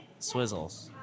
swizzles